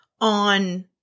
on